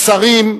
שרים,